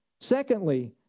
Secondly